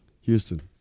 Houston